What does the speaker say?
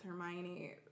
Hermione